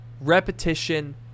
repetition